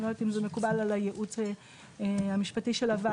אני לא יודעת אם זה מקובל על הייעוץ המשפטי של הוועדה,